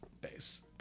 base